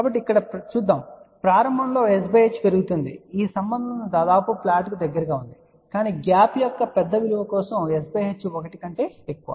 కాబట్టి ఇక్కడ చూద్దాం ప్రారంభంలో s h పెరుగుతుంది ఈ సంబంధం దాదాపు ఫ్లాట్కు దగ్గరగా ఉంటుంది కానీ గ్యాప్ యొక్క పెద్ద విలువ కోసం s h 1 కంటేఎక్కువ